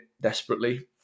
desperately